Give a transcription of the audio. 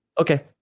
Okay